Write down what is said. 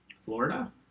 Florida